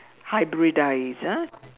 hybridize ah